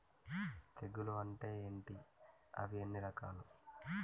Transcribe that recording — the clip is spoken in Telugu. తెగులు అంటే ఏంటి అవి ఎన్ని రకాలు?